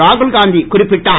ராகுல் காந்தி குறிப்பிட்டார்